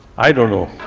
i don't know!